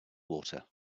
water